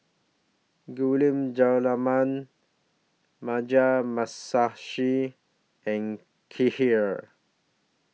Gulab Jamun Mugi Masashi and Kheer